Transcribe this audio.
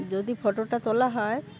যদি ফটোটা তোলা হয়